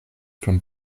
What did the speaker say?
from